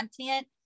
content